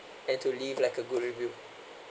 and to leave like a good review